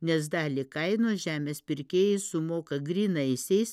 nes dalį kainos žemės pirkėjai sumoka grynaisiais